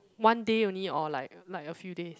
one day only or like like a few days